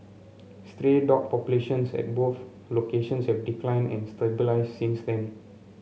stray dog populations at both locations have declined and stabilised since then